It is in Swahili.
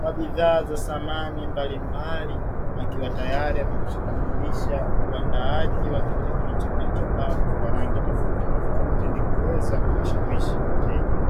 wa bidhaa za samani mbalimbali, akiwa tayari amekwisha kamilisha uandaaji wa kiti hicho kilichopangwa kwa rangi tofauti tofauti ili kuweza kuwashawishi wateja.